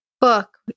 book